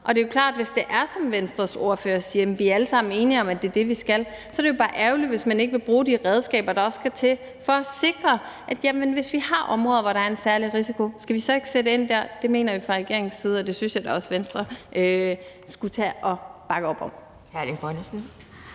Og det er jo klart, at hvis det er, som Venstres ordfører siger, at vi alle sammen er enige om, at det er det, vi skal, er det bare ærgerligt, hvis man ikke vil bruge de redskaber, der skal til for at sikre, at hvis vi har områder, hvor der er en særlig risiko, sætter vi ind der. Skal vi ikke det? Det mener vi fra regeringens side, og det synes jeg da også Venstre skulle tage og bakke op om.